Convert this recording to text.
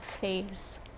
face